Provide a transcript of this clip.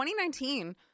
2019